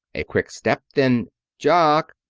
a quick step. then jock!